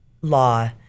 Law